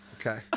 Okay